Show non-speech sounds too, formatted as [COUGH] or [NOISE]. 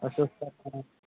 [UNINTELLIGIBLE]